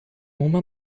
uma